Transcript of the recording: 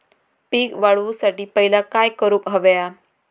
पीक वाढवुसाठी पहिला काय करूक हव्या?